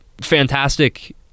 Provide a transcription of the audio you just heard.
fantastic